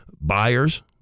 Buyers